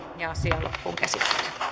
ja maanomistajien kesken